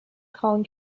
collin